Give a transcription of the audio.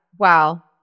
Wow